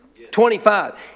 25